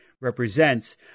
represents